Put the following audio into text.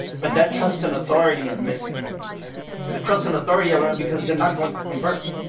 but that trust and authority is missing the trust and authority element because they're not going to convert.